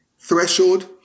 threshold